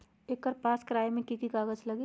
एकर पास करवावे मे की की कागज लगी?